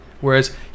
Whereas